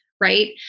right